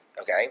Okay